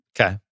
okay